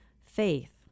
faith